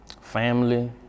family